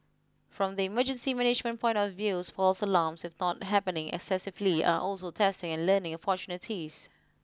from the emergency management point of views false alarms if not happening excessively are also testing and learning opportunities